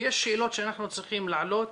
ויש שאלות שאנחנו צריכים להעלות,